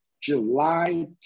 July